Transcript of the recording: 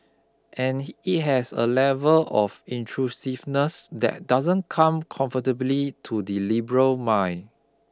and it has a level of intrusiveness that doesn't come comfortably to the liberal mind